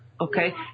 Okay